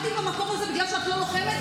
אל תהיי במקום הזה שבגלל שאת לא לוחמת,